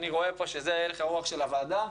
אני רואה שזה הלך הרוח של הוועדה.